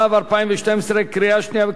קריאה שנייה וקריאה שלישית,